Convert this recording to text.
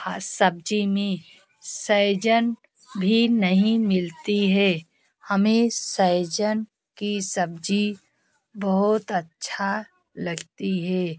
बस सब्जी में सैजन भी नहीं मिलती है हमें सैजन की सब्जी बहुत अच्छा लगती है